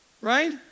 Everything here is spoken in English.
right